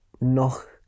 noch